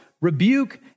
rebuke